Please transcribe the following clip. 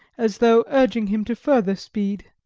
as though urging him to further speed.